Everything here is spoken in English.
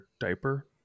diaper